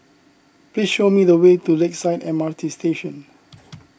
please show me the way to Lakeside M R T Station